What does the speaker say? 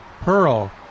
Pearl